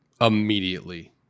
immediately